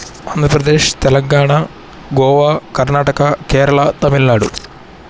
Andhra Pradesh Telangana Goa Karnataka Kerala Tamil Nadu